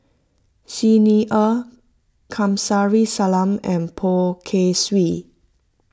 Xi Ni Er Kamsari Salam and Poh Kay Swee